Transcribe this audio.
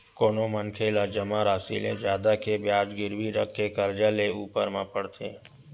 कोनो मनखे ला जमा रासि ले जादा के बियाज गिरवी रखके करजा लेय ऊपर म पड़थे